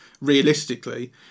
realistically